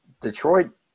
Detroit